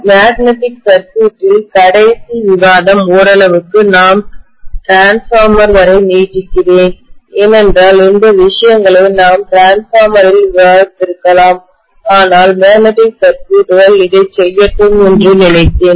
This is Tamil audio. மேக்னெட்டிக் சர்க்யூட் ல் கடைசி விவாதம் ஓரளவிற்கு நான் டிரான்ஸ்பார்மர் வரை நீட்டிக்கிறேன் ஏனென்றால் இந்த விஷயங்களை நாம் டிரான்ஸ்பார்மர் ல் விவாதித்திருக்கலாம் ஆனால் மேக்னெட்டிக் சர்க்யூட்கள் இதைச் செய்யட்டும் என்று நினைத்தேன்